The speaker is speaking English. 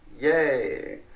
Yay